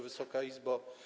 Wysoka Izbo!